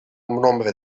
nombre